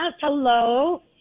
hello